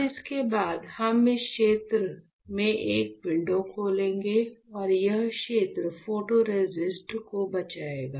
अब इसके बाद हम इस क्षेत्र में एक विंडो खोलेंगे और यह क्षेत्र फोटोरेसिस्ट को बचाएगा